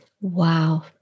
Wow